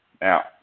Now